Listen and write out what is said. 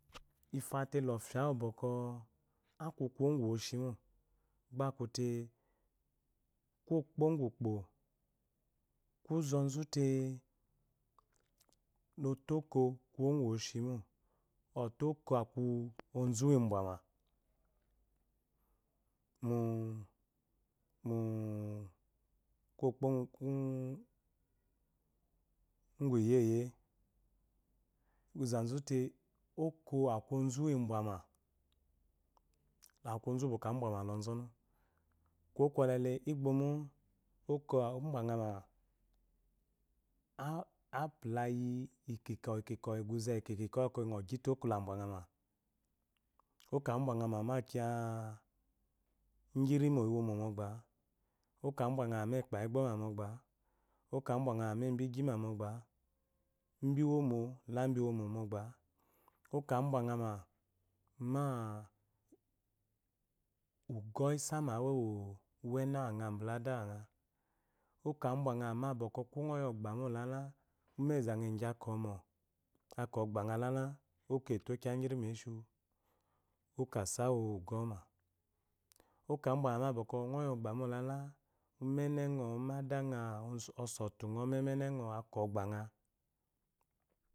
Ifate lo fya uwu bwokwo aku kuwo ngwu woshi mo gba aku te kwokpo ngwu ukpo ku zozu fe. lo to oko kuwo agwu woshimo, ɔfe oko aku onzu uwu bwama. mui mu kusukpo onzu uwu bwama, aku oznu uwu bwɔkwɔawbwama la onzɔnu kuwo kwole igbamo oko abwangha ma. apula iyi ikiho oguze uwu ngɔ gyi ta okola abwangha ma, oko womo mogba, oko abwangha ma ma ekpayi igboma mogba oko abwangha ma ma ebi igyima mogba mbi womo la mbiwomo mogba ma ugoh isama ugwangha bula ada uwangha oko abwangha mama bwɔkɔ ko ngɔ akaomo sks ogbalala oko eto kuye iggirimu eshiwu oko asawu ugoh wuma oko a bwangha ma ma ma bwɔkwɔ. ngɔyi mogba mo lala umene umanda ngha umeuwumene aka ogbangha.